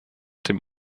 dem